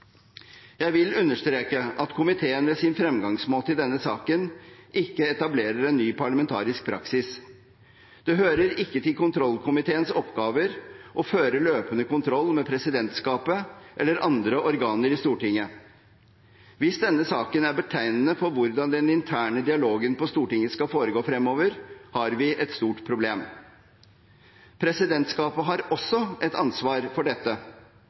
Jeg vil understreke at komiteen med sin fremgangsmåte i denne saken ikke etablerer en ny parlamentarisk praksis. Det hører ikke til kontrollkomiteens oppgaver å føre løpende kontroll med presidentskapet eller andre organer i Stortinget. Hvis denne saken er betegnende for hvordan den interne dialogen på Stortinget skal foregå fremover, har vi et stort problem. Presidentskapet har også et ansvar for dette,